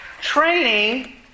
Training